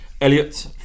Elliot